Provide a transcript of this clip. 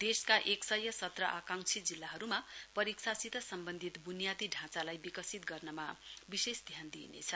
देशका एक सय सत्र आकांक्षी जिल्लाहरूमा परीक्षासित सम्वन्धित वुनियादी ढाँचालाई विकसित गर्नमा विशेष ध्यान दिइनेछ